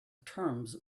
terms